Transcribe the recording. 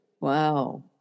Wow